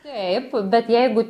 taip bet jeigu